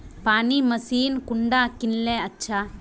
पानी मशीन कुंडा किनले अच्छा?